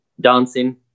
dancing